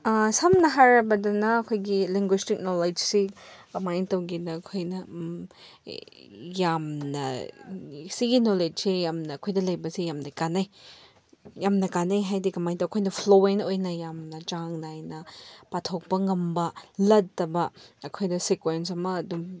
ꯁꯝꯅ ꯍꯥꯏꯔꯕꯗꯅ ꯑꯩꯈꯣꯏꯒꯤ ꯂꯦꯡꯒ꯭ꯋꯦꯁꯇꯤꯛ ꯅꯣꯂꯦꯖꯁꯤ ꯀꯃꯥꯏ ꯇꯧꯒꯦꯗ ꯑꯩꯈꯣꯏꯅ ꯌꯥꯝꯅ ꯁꯤꯒꯤ ꯅꯣꯂꯦꯖꯁꯤ ꯌꯥꯝꯅ ꯑꯩꯈꯣꯏꯗ ꯂꯩꯕꯁꯦ ꯌꯥꯝꯅ ꯀꯥꯅꯩ ꯌꯥꯝꯅ ꯀꯥꯅꯩ ꯍꯥꯏꯗꯤ ꯀꯃꯥꯏꯅ ꯇꯧ ꯑꯩꯈꯣꯏꯅ ꯐ꯭ꯂꯣꯌꯦꯟ ꯑꯣꯏꯅ ꯌꯥꯝꯅ ꯆꯥꯡ ꯅꯥꯏꯅ ꯄꯥꯊꯣꯛꯄ ꯉꯝꯕ ꯂꯠꯇꯕ ꯑꯩꯈꯣꯏꯗ ꯁꯤꯀ꯭ꯋꯦꯁ ꯑꯃ ꯑꯗꯨꯝ